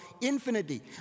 infinity